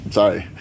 sorry